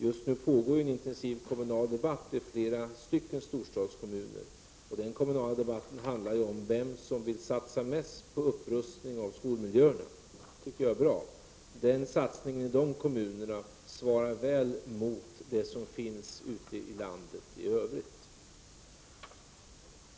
Just nu pågår i flera storstadskommuner en intensiv kommunal debatt om vem som vill satsa mest på upprustning av skolmiljöerna, vilket jag tycker är bra. Denna satsning svarar väl mot det som finns ute i landet i övrigt.